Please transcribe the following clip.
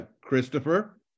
Christopher